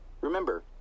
Remember